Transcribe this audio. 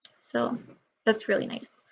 so that's really nice.